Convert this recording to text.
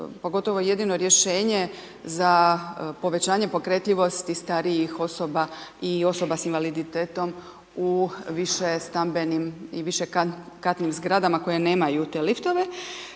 pogotovo jedino rješenje za povećanje pokretljivosti starijih osoba i osoba s invaliditetom u višestambenim i višekatnim zgradama koje nemaju te liftove